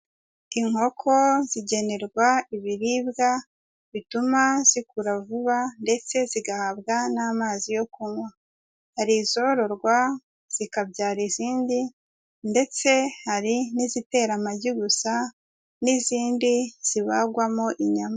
Inkoko zigenerwa ibiribwa bituma zikura vuba ndetse zigahabwa n'amazi yo kunywa, hari izororwa zikabyara izindi ndetse hari n'izitera amagi gusa n'izindi zibagwamo inyama.